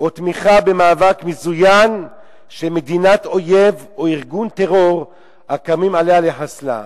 או תמיכה במאבק מזוין של מדינת אויב או ארגון טרור הקמים עליה לחסלה".